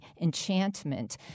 enchantment